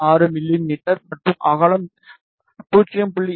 6 மிமீ மற்றும் அகலம் 0